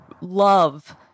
love